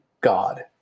God